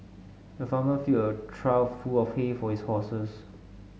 the farmer filled a trough full of hay for his horses